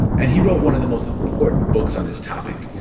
and he wrote one of the most important books on this topic,